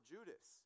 Judas